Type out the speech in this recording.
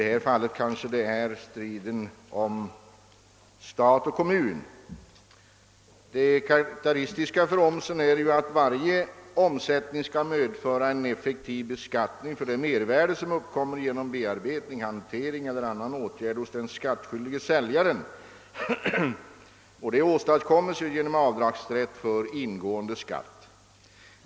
Det gäller kanske främst striden om stat och kommun. Det karakteristiska för mervärdeskatten är att varje omsättning skall medföra en effektiv beskattning för det mervärde som uppkommer genom bearbetning, hantering eller annan åtgärd hos den skattskyldige säljaren. Detta åstadkommes genom avdragsrätt för ingående skatt.